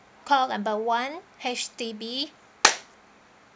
call number one H_D_B